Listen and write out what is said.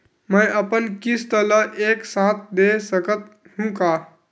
मै अपन किस्त ल एक साथ दे सकत हु का?